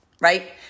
right